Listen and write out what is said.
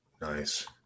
Nice